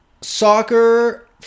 soccer